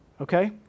okay